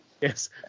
Yes